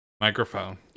microphone